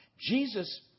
Jesus